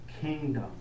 kingdom